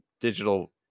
digital